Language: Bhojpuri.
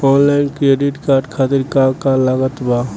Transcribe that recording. आनलाइन क्रेडिट कार्ड खातिर का का लागत बा?